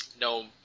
no